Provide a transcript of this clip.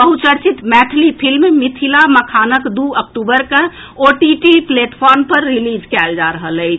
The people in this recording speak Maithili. बहुचर्चित मैथिली फिल्म मिथिला मखानक दू अक्टूबर के ओटीटी प्लेटफॉर्म पर रिलीज कएल जा रहल अछि